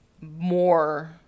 more